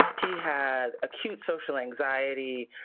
he had acute social anxiety,